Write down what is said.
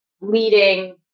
leading